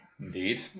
indeed